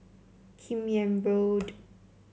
Kim Yam Road